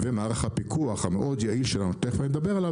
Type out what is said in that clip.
ומערך הפיקוח המאוד יעיל שלנו שתיכף נדבר עליו